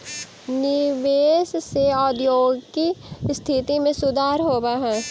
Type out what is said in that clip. निवेश से औद्योगिक स्थिति में सुधार होवऽ हई